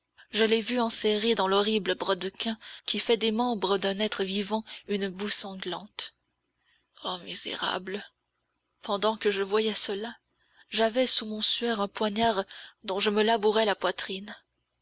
je l'ai vu enserrer dans l'horrible brodequin qui fait des membres d'un être vivant une boue sanglante oh misérable pendant que je voyais cela j'avais sous mon suaire un poignard dont je me labourais la poitrine